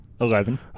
eleven